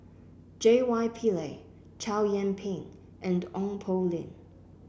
J Y Pillay Chow Yian Ping and Ong Poh Lim